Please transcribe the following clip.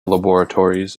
laboratories